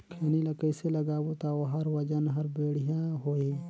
खैनी ला कइसे लगाबो ता ओहार वजन हर बेडिया होही?